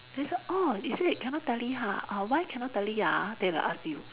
then say orh is it cannot tally ha ah why cannot tally ah they will ask you